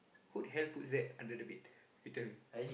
who the hell puts that under the bed you tell me